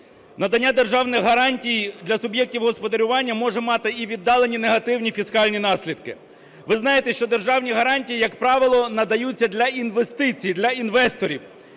Надання державних гарантій для суб'єктів господарювання може мати і віддалені негативні фіскальні наслідки. Ви знаєте, що державні гарантії, як правило, надаються для інвестицій, для інвесторів.